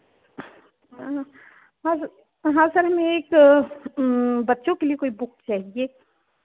हाँ हाँ सर हमें एक बच्चों के लिए कोई बुक चाहिए